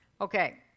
Okay